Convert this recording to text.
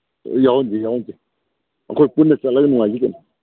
ꯌꯥꯎꯍꯟꯁꯤ ꯌꯥꯎꯍꯟꯁꯤ ꯑꯩꯈꯣꯏ ꯄꯨꯟꯅ ꯆꯠꯂꯒ ꯅꯨꯡꯉꯥꯏꯗꯣꯏꯁꯤ ꯀꯩꯅꯣ